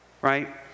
right